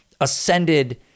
ascended